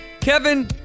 Kevin